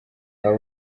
aba